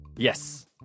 Yes